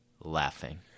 laughing